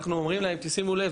אנחנו אומרים להם "תשימו לב,